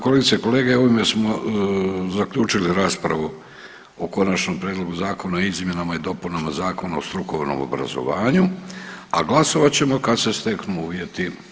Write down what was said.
Kolegice i kolege, ovime smo zaključili raspravu o Končanom prijedlogu zakona o izmjenama i dopunama Zakona o strukovnom obrazovanju, a glasovat ćemo kad se steknu uvjeti.